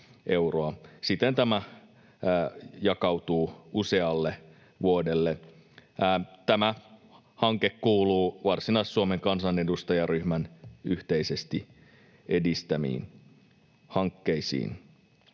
Siten tämä jakautuu usealle vuodelle. Tämä hanke kuuluu Varsinais-Suomen kansanedustajaryhmän yhteisesti edistämiin hankkeisiin.